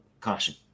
caution